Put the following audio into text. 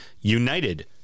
United